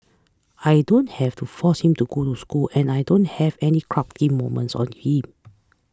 I don't have to force him to go to school and I don't have any cranky moments him